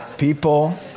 people